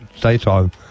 daytime